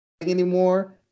anymore